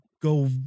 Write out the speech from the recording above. go